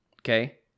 okay